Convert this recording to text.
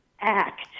act